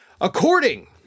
According